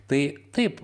tai taip